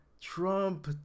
Trump